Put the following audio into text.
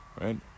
right